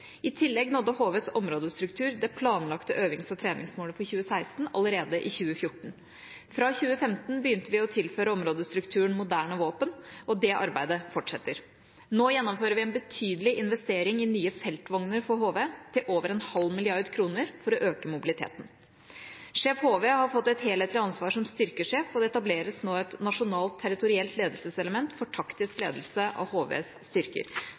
I tillegg nådde HVs øvingsstruktur det planlagte øvings- og treningsmålet for 2016 allerede i 2014. Fra 2015 begynte vi å tilføre områdestrukturen moderne våpen, og det arbeidet fortsetter. Nå gjennomfører vi en betydelig investering i nye feltvogner for HV, til over en halv milliard kroner, for å øke mobiliteten. Sjef HV har fått et helhetlig ansvar som styrkesjef, og det etableres nå et nasjonalt territorielt ledelseselement for taktisk ledelse av HVs styrker.